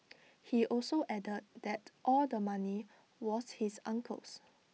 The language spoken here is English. he also added that all the money was his uncle's